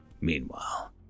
meanwhile